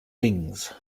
wings